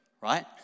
right